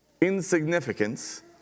insignificance